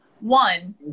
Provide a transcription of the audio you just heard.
one